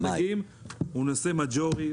מדגים הוא נושא מאז'ורי,